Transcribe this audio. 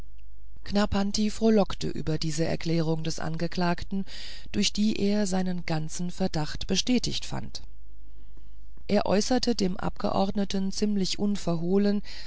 knarrpanti frohlockte über diese erklärung des angeklagten durch die er seinen ganzen verdacht bestätigt fand er äußerte dem abgeordneten ziemlich unverhohlen